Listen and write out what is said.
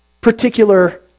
particular